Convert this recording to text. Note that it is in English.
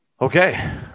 Okay